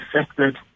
affected